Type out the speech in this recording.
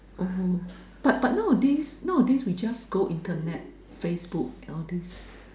oh but but nowadays nowadays we just go internet Facebook all these